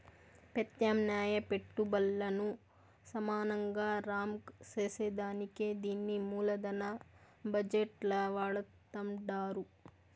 పెత్యామ్నాయ పెట్టుబల్లను సమానంగా రాంక్ సేసేదానికే దీన్ని మూలదన బజెట్ ల వాడతండారు